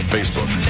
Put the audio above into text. Facebook